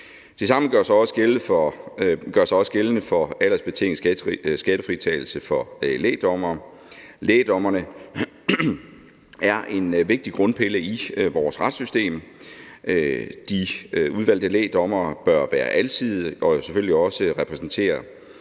Det samme gør sig også gældende for aldersbetinget skattefritagelse for lægdommere. Lægdommerne er en vigtig grundpille i vores retssystem, de udvalgte lægdommere bør være alsidige og bør selvfølgelig også være repræsenteret